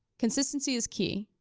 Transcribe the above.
consistency is key.